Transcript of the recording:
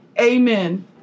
Amen